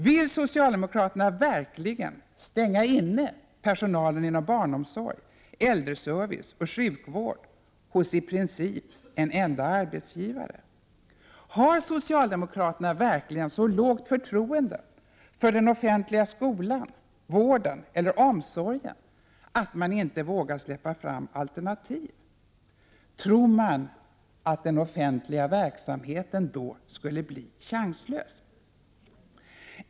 Vill socialdemokraterna verkligen stänga inne personalen inom barnomsorg, äldreservice och sjukvård hos i princip en enda arbetsgivare? Har socialdemokraterna verkligen så lågt förtroende för den offentliga skolan, vården eller omsorgen att de inte vågar släppa fram alternativ? Tror man att den offentliga verksamheten då skulle bli chanslös?